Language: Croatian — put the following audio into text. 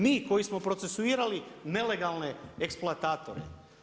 Mi koji smo procesuirali nelegalne eksploatatore.